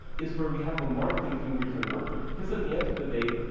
is where we have a marketing team we can work with. because at the end of the day,